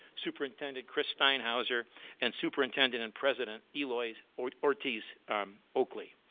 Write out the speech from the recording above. superintendent chris steinhauser and superintendent and president eloy ortiz oakley.